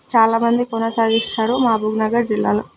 చాలామంది కొనసాగిస్తారు మహబూబ్నగర్ జిల్లాలో